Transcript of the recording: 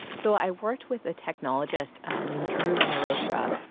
so i worked with a technologist named dhruv mehrotra,